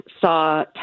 saw